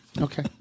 Okay